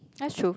that's true